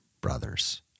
brothers